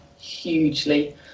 hugely